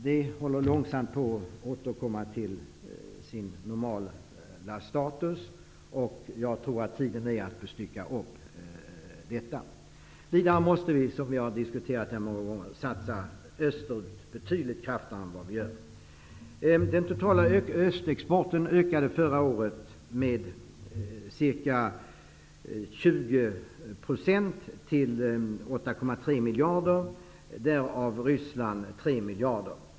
Beirut håller långsamt på att återfå sin normala status, och jag tror att det är tid för att stycka upp detta område. Vi måste också, som vi många gånger sagt, satsa betydligt mer österut än vi gör. Den totala östexporten ökade förra året med ca 20 %, dvs. till Importen ökade med 32 %.